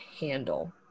handle